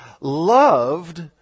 loved